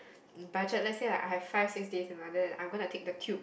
budget like I have five six days in London and I'm gonna take the tube